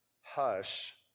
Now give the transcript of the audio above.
hush